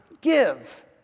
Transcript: give